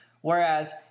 Whereas